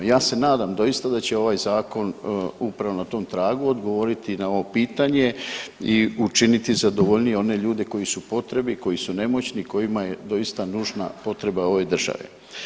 Ja se nadam doista da će ovaj zakon upravo na tom tragu odgovoriti na ovo pitanje i učiniti zadovoljnije one ljude koji su u potrebi, koji su nemoćni, kojima je doista nužna potreba ove države.